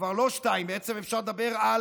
כבר לא שתיים, בעצם אפשר לדבר על